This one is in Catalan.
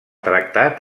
tractat